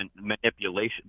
manipulation